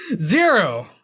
Zero